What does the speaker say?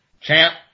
champ